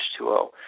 H2O